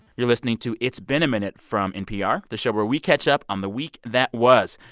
you're listening to it's been a minute from npr, the show where we catch up on the week that was.